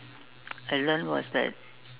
I learnt was that